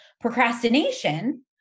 Procrastination